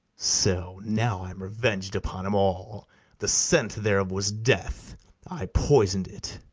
so, now i am reveng'd upon em all the scent thereof was death i poison'd it.